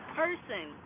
person